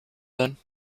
then